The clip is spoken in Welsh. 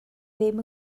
ddim